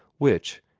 which,